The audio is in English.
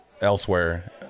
elsewhere